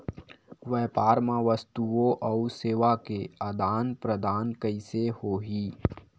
व्यापार मा वस्तुओ अउ सेवा के आदान प्रदान कइसे होही?